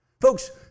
Folks